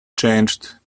changed